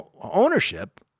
ownership